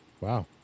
Wow